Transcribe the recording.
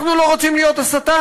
אנחנו לא רוצים להיות השטן.